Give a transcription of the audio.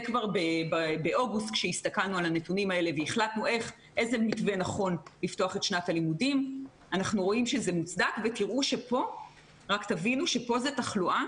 תנו לנו קצת זמן כי נפתחה שנת הלימודים ואנחנו נראה עלייה בתחלואה,